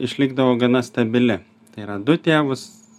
išlikdavo gana stabili tai yra du tėvus